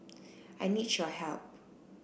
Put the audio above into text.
I need your help